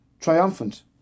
triumphant